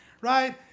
right